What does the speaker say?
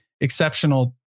exceptional